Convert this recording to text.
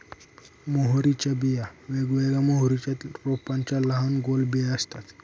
मोहरीच्या बिया वेगवेगळ्या मोहरीच्या रोपांच्या लहान गोल बिया असतात